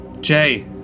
Jay